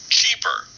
cheaper